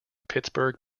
pittsburgh